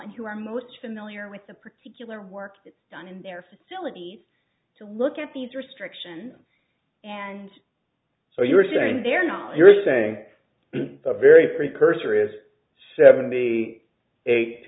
and who are most familiar with the particular work done in their facilities to look at these restriction and so you're saying there now you're saying the very precursor is seventy eight